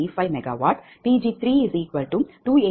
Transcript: எனவே அந்த மொத்த மதிப்பையும் CTC1C2C350041X 258